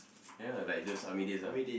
ya like those army days ah